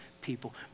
people